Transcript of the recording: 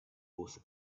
was